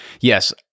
yes